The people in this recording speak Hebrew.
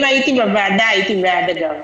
אם הייתי בוועדה, הייתי מצביעה בעד.